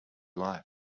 life